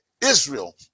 Israel